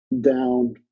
down